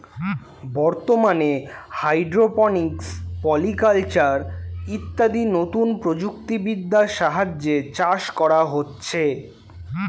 বর্তমানে hydroponics, polyculture ইত্যাদি নতুন প্রযুক্তি বিদ্যার সাহায্যে চাষ করা হচ্ছে